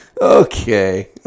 Okay